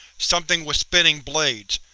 something with spinning blades.